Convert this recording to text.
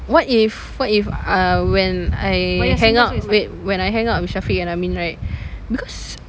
what if what if err when I hang out wait when I hang out with syafiq and amin right because